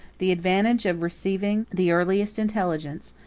the advantage of receiving the earliest intelligence,